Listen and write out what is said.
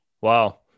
Wow